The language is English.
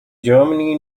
germany